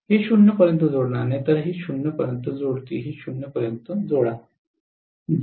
हे ० पर्यंत जोडणार नाही तर हे ० पर्यंत जोडतील हे ० पर्यंत जोडा